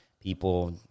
People